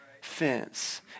fence